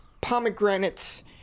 pomegranates